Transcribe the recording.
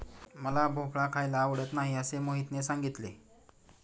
मला भोपळा खायला आवडत नाही असे मोहितने सांगितले